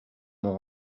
mon